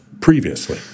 previously